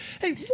Hey